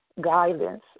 guidance